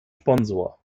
sponsor